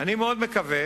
אני מאוד מקווה